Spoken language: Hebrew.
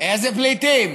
איזה פליטים?